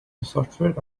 software